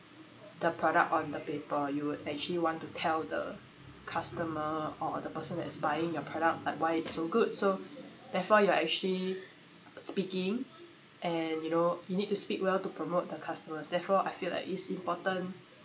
the product on the paper you would actually want to tell the customer or the person that's buying your product like why it's so good so therefore you are speaking and you know you need to speak well to promote to the customers therefore I feel like it's important